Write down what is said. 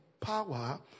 power